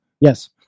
Yes